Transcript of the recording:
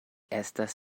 estas